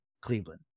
Cleveland